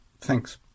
Thanks